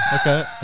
Okay